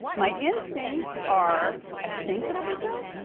my instincts are i think it'll be good,